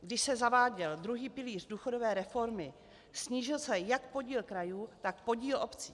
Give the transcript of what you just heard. Když se zaváděl druhý pilíř důchodové reformy, snížil se jak podíl krajů, tak podíl obcí.